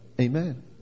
Amen